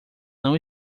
não